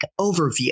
overview